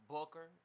Booker